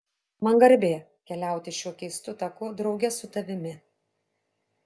man garbė keliauti šiuo keistu taku drauge su tavimi